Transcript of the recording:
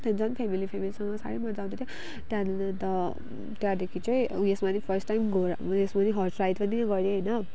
त्यहाँदेखि झन फेमेली फेमेलीसँग साह्रै मज्जा आउँदैथियो हो त्यहाँदेखि अन्त त्यहाँदेखि चाहिँ उयसमा चाहिँ फर्स्ट टाइम घोडा उयसमा हर्स राइड पनि गरेँ होइन